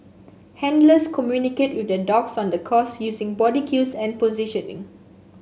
handlers communicate with their dogs on the course using body cues and positioning